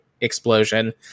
explosion